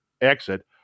exit